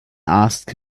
asked